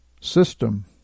System